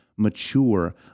mature